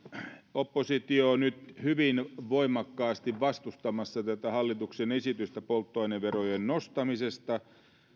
oppositio on nyt hyvin voimakkaasti vastustamassa tätä hallituksen esitystä polttoaineverojen nostamisesta